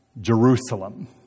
Jerusalem